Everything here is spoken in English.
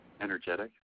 Energetic